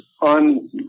on